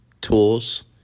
tools